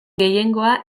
gehiengoa